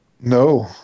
No